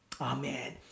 amen